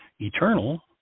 eternal